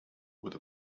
with